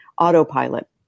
Autopilot